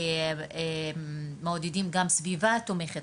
וסביבה תומכת.